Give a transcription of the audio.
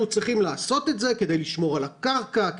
צריכים לעשות את זה כדי לשמור על הקרקע,